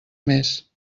més